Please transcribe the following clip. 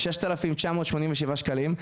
6987 שקלים,